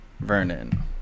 vernon